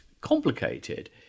complicated